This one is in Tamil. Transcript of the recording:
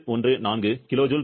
314 kJkmol